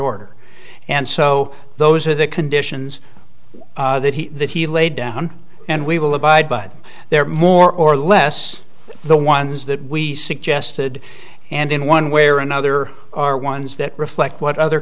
order and so those are the conditions that he that he laid down and we will abide by them they are more or less the ones that we suggested and in one way or another are ones that reflect what other